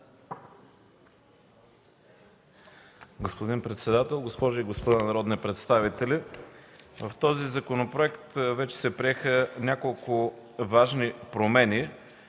Господин председател, госпожи и господа народни представители! В този законопроект вече се приеха няколко важни промени,